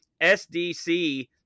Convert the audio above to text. sdc